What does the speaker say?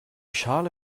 schale